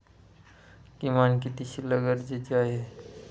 किमान किती शिल्लक गरजेची आहे?